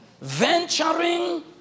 Venturing